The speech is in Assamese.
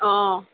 অঁ